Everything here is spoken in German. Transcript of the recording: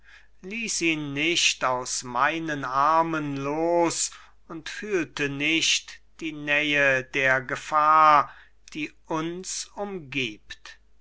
ließ ihn nicht aus meinen armen los und fühlte nicht die nähe der gefahr die uns umgibt